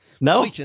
No